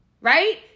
right